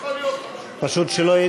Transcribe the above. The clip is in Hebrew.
פשוט שלא,